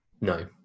no